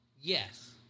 Yes